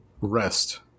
rest